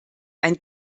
ein